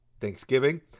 Thanksgiving